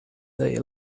they